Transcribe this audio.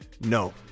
No